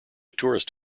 tourist